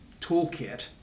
toolkit